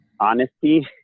honesty